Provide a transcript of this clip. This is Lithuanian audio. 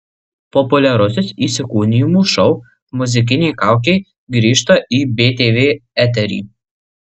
populiarusis įsikūnijimų šou muzikinė kaukė grįžta į btv eterį